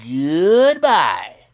goodbye